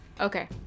Okay